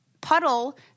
puddle